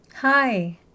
Hi